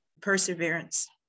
Perseverance